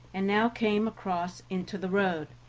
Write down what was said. and now came across into the road.